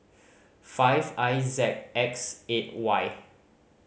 five I Z X eight Y